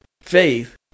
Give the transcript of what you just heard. Faith